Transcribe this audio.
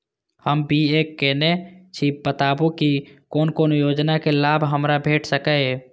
हम बी.ए केनै छी बताबु की कोन कोन योजना के लाभ हमरा भेट सकै ये?